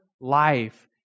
life